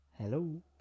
Hello